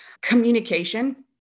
communication